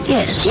Yes